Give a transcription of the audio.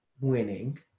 winning